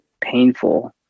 painful